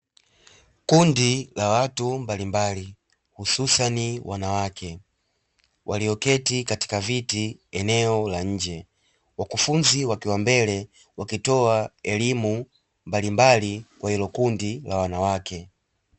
Kundi la watu mbalimbali hususani wanawake walioketi katika eneo la nje ,Wakufunzi wakiwa mbele wakitoa elimu mbalimbali kwa hilo kundi la wanawake.